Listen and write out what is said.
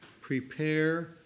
prepare